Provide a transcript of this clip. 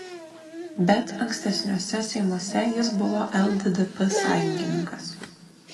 bet ankstesniuose seimuose jis buvo lddp sąjungininkas